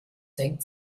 senkt